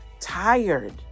tired